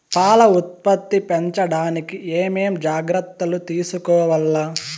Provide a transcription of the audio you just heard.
పాల ఉత్పత్తి పెంచడానికి ఏమేం జాగ్రత్తలు తీసుకోవల్ల?